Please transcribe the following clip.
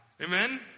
Amen